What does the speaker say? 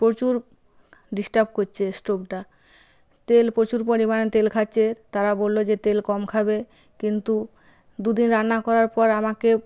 প্রচুর ডিস্টার্ব করছে স্টোভটা তেল প্রচুর পরিমানে তেল খাচ্ছে তারা বললো যে তেল কম খাবে কিন্তু দুদিন রান্না করার পর আমাকে